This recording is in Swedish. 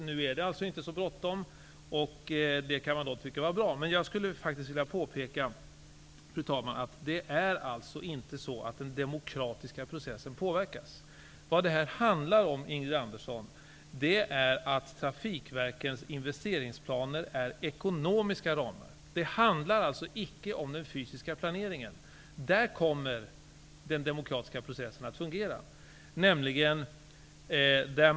Det är alltså inte så bråttom, och det kan tyckas vara bra. Men jag skulle faktiskt vilja påpeka, fru talman, att den demokratiska processen inte påverkas. Vad det handlar om här, Ingrid Andersson, är trafikverkens investeringsplaner inom ekonomiska ramar. Det handlar alltså icke om den fysiska planeringen. Där kommer den demokratiska processen att fungera.